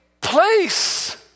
place